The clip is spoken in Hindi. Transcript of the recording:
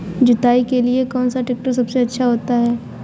जुताई के लिए कौन सा ट्रैक्टर सबसे अच्छा होता है?